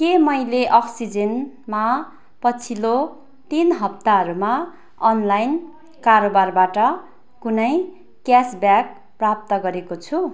के मैले अक्सिजेनमा पछिल्लो तिन हप्ताहरूमा अनलाइन कारोबारबाट कुनै क्यासब्याक प्राप्त गरेको छु